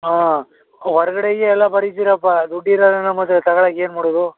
ಆಂ ಹೊರಗಡೆಗೇ ಎಲ್ಲ ಬರೀತೀರಪ್ಪ ದುಡ್ಡಿರೋಲ್ಲ ನಮ್ಮ ಹತ್ತಿರ ತಗಳಕ್ಕೆ ಏನು ಮಾಡೋದು